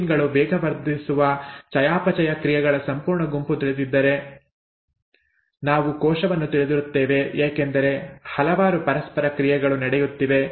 protein ಗಳು ವೇಗವರ್ಧಿಸುವ ಚಯಾಪಚಯ ಕ್ರಿಯೆಗಳ ಸಂಪೂರ್ಣ ಗುಂಪು ತಿಳಿದಿದ್ದರೆ ನಾವು ಕೋಶವನ್ನು ತಿಳಿದಿರುತ್ತೇವೆ ಏಕೆಂದರೆ ಹಲವಾರು ಪರಸ್ಪರ ಕ್ರಿಯೆಗಳು ನಡೆಯುತ್ತಿವೆ